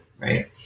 right